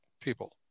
people